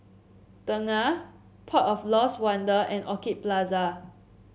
Tengah Port of Lost Wonder and Orchid Plaza